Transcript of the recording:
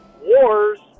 wars